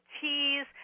teas